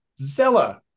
Zella